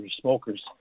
smokers